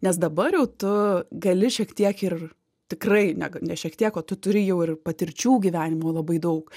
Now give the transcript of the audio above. nes dabar jau tu gali šiek tiek ir tikrai neg ne šiek tiek o tu turi jau ir patirčių gyvenimo labai daug